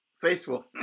faithful